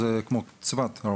המוסקיטות זה כמו צבת ארוך.